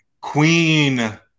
Queen